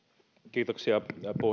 kiitoksia